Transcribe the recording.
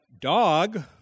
dog